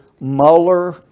Mueller